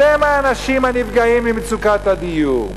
אתם האנשים הנפגעים ממצוקת הדיור,